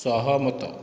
ସହମତ